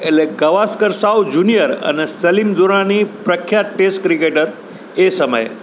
એટલે ગાવસ્કર સાવ જુનિયર અને સલીમ દુરાની પ્રખ્યાત ટેસ્ટ ક્રિકેટર એ સમયે